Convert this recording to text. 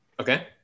Okay